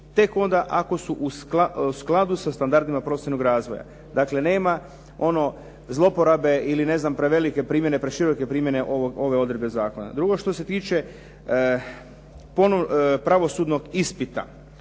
tek onda ako su u skladu sa standardima profesionalnog razvoja. Dakle, nema ono zloporabe ili prevelike primjene, preširoke primjene ove odredbe zakona. Drugo, što se tiče pravosudnog ispita.